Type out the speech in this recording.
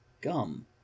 gum